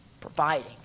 Providing